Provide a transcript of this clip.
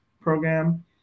program